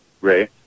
Ray